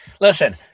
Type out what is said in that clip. listen